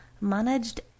managed